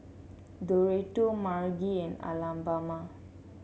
Doretta Margy and Alabama